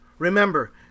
Remember